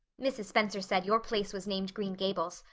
mrs. spencer said your place was named green gables.